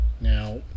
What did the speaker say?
Now